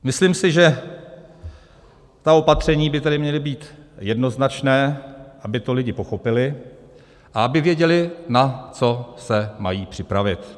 Myslím si, že ta opatření by tedy měla být jednoznačná, aby to lidi pochopili a aby věděli, na co se mají připravit.